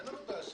אין לנו בעיה.